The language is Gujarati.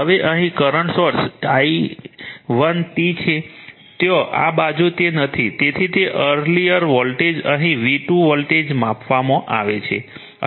હવે અહીં કરંટ સોર્સ i1t છે ત્યાં આ બાજુ તે નથી તેથી તે અરલીયર વોલ્ટેજ અહીં V2 વોલ્ટેજ માપવામાં આવે છે